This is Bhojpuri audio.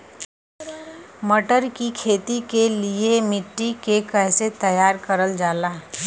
मटर की खेती के लिए मिट्टी के कैसे तैयार करल जाला?